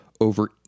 over